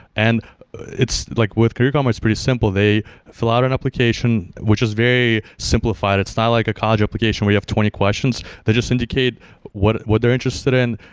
and like with career karma, it's pretty simple. they fill out an application, which is very simplified. it's not like a college application where you have twenty questions. they just indicate what what they're interested in.